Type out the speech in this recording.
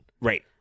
Right